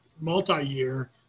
multi-year